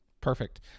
Perfect